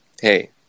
hey